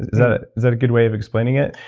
is that is that a good way of explaining it?